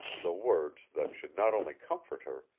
the words that should not only comfort her,